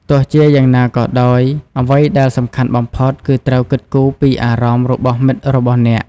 ទោះជាយ៉ាងណាក៏ដោយ អ្វីដែលសំខាន់បំផុតគឺត្រូវគិតគូរពីអារម្មណ៍របស់មិត្តរបស់អ្នក។